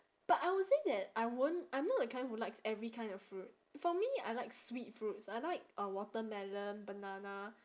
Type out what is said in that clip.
but I would say that I won't I'm not the kind who likes every kind of fruit for me I like sweet fruits I like uh watermelon banana